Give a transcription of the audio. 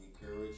Encourage